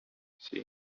see